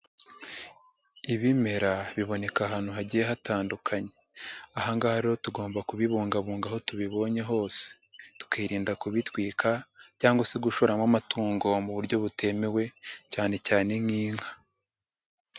Ibimera biboneka ahantu hagiye hatandukanye, aha ngaha rero tugomba kubibungabunga aho tubibonye hose, tukirinda kubitwika cyangwa se gushoramo amatungo mu buryo butemewe cyane cyane nk'inka.